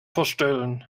verstellen